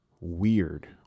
weird